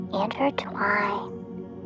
intertwine